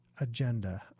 agenda